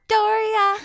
Doria